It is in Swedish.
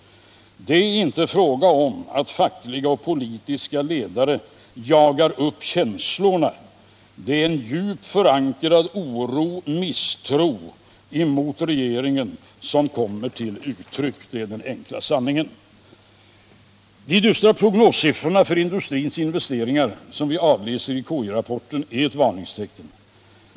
Det är inte fråga om att fackliga och politiska ledare jagar upp känslorna. Det är en djupt förankrad oro och misstro mot regeringen som kommer till uttryck. Det är den enkla sanningen. De dystra prognossiffror för industrins investeringar som vi avläser i KI-rapporten är varningstecken.